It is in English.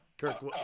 Kirk